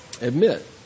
admit